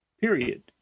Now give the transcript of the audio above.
period